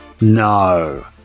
No